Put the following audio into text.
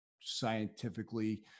scientifically